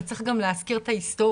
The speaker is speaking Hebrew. אבל צריך גם להזכיר את ההיסטוריה,